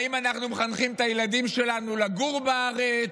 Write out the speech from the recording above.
אם אנחנו מחנכים את הילדים שלנו לגור בארץ,